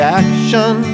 action